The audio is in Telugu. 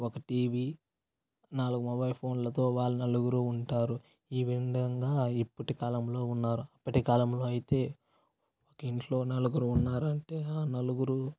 ఒక టీవీ నాలుగు మొబైల్ ఫోన్లతో వాళ్ళ నలుగురు ఉంటారు ఈ విధంగా ఇప్పటి కాలంలో ఉన్నారు అప్పటి కాలంలో అయితే ఒక ఇంట్లో నలుగురు ఉన్నారంటే ఆ నలుగురు